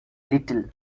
little